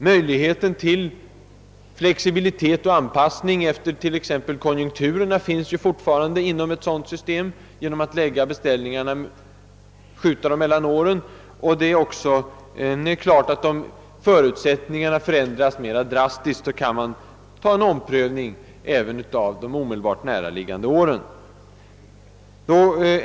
Möjligheten till flexibilitet och anpassning efter t.ex. konjunkturerna finns fortfarande inom ett sådant system genom att skjuta beställningarna mellan åren. Det är också klart att man, om förutsättningarna förändras mera drastiskt, kan göra en omprövning även beträffande de omedelbart närliggande åren.